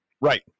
Right